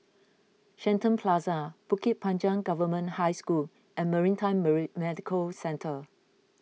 Shenton Plaza Bukit Panjang Government High School and Maritime Marine Medical Centre